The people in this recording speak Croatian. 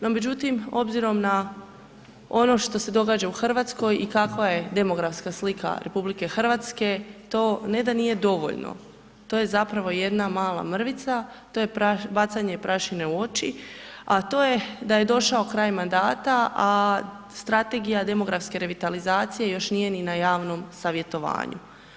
No međutim, obzirom na ono što se događa u RH i kakva je demografska slika RH to ne da nije dovoljno, to je zapravo jedna mala mrvica, to je bacanje prašine u oči, a to je da je došao kraj mandata, a strategija demografske revitalizacije još nije ni na javnom savjetovanju.